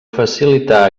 facilitar